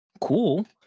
cool